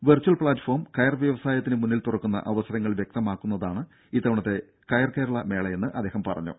virtual platform കയർ വ്യവസായത്തിന് മുന്നിൽ തുറക്കുന്ന അവസരങ്ങൾ വ്യക്തമാക്കുന്നതാണ് ഇത്തവണത്തെ കയർ കേരള മേളയെന്നും അദ്ദേഹം പറഞ്ഞു